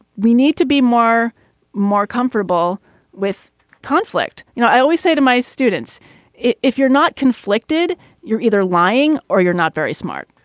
we need to be more more comfortable well with conflict you know i always say to my students if you're not conflicted you're either lying or you're not very smart.